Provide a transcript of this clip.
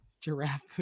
Giraffe